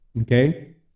Okay